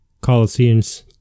Colossians